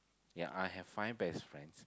yeah I have five best friends